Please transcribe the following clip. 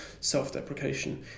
self-deprecation